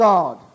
God